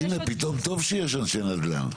אז הנה, פתאום טוב שיש אנשי נדל"ן.